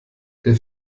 der